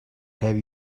have